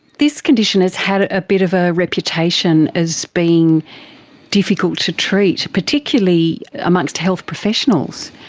this condition has had a bit of a reputation as being difficult to treat, particularly amongst health professionals.